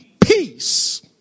peace